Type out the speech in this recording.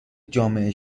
جامعه